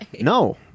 No